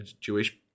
Jewish